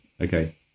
Okay